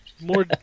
More